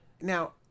now